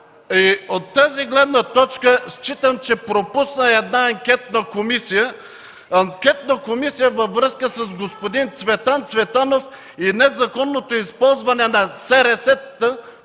От тази гледна точка считам, че пропусна една анкетна комисия – Анкетна комисия във връзка с господин Цветан Цветанов и незаконното използване на СРС-та